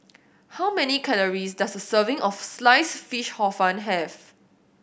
how many calories does a serving of Sliced Fish Hor Fun have